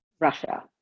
Russia